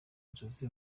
nzozi